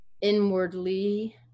inwardly